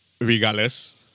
regardless